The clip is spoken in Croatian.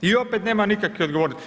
I opet nema nikakve odgovornosti.